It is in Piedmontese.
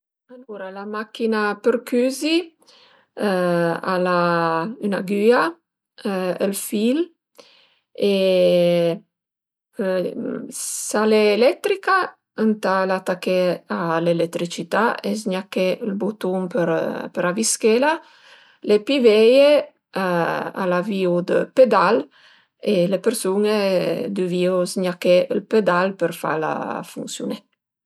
Alura la machina për cüzi al a üna agüia, ël fil e s'al e eletrica ëntà atachela a l'eletricità e zgnaché ël butun për avischela, le pi veie al avìu dë pedal e le persun-e düvìu zgnaché ël pedal për fala funsiuné